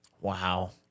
Wow